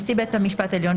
נשיא בית משפט העליון,